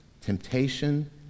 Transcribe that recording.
temptation